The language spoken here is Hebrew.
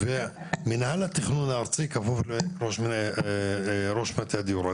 ומינהל התכנון הארצי כפוף לראש מטה הדיור.